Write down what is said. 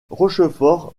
rochefort